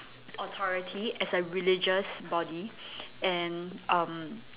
authority as a religious body and um